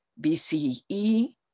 BCE